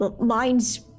mine's